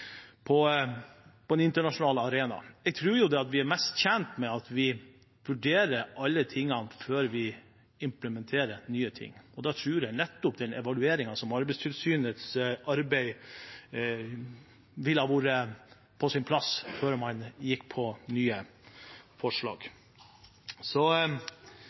den internasjonale arenaen. Jeg tror jo at vi er mest tjent med å vurdere alt før vi implementerer nye ting, og da tror jeg nettopp den evalueringen av Arbeidstilsynets arbeid ville vært på sin plass før man gikk på nye forslag.